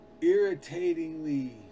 irritatingly